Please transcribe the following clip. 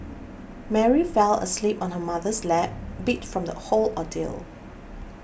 Mary fell asleep on her mother's lap beat from the whole ordeal